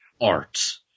art